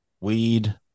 weed